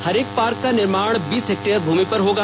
हरेक पार्क का निर्माण बीस हेक्टेयर भूमि पर होगा